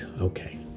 okay